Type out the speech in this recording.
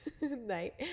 night